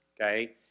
okay